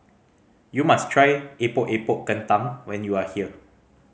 you must try Epok Epok Kentang when you are here